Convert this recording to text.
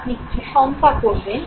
আপনি কিছু শঙ্কা করবেন